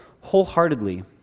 wholeheartedly